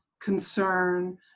concern